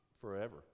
forever